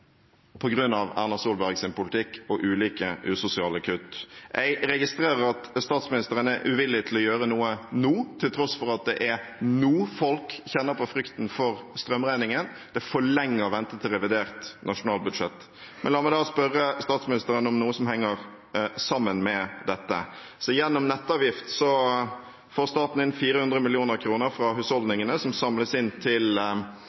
politikk og ulike usosiale kutt. Jeg registrerer at statsministeren er uvillig til å gjøre noe nå, til tross for at det er nå folk kjenner på frykten for strømregningen. Det er for lenge å vente til revidert nasjonalbudsjett. La meg spørre statsministeren om noe som henger sammen med dette. Gjennom nettavgiften får staten inn 400 mill. kr fra husholdningene. Det samles inn til